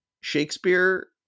Shakespeare